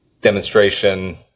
demonstration